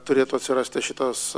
turėtų atsirasti šitas